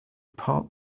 part